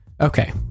Okay